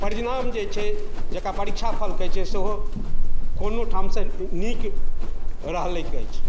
परिणाम जे छै जकरा परीक्षाफल कहै छै सेहो कोनो ठामसँ नीक रहलै अछि